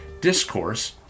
Discourse